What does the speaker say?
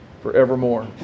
forevermore